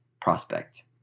prospect